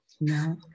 No